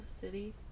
city